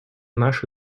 наше